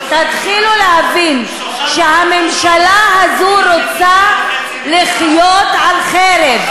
תתחילו להבין שהממשלה הזאת רוצה לחיות על חרב,